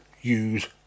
use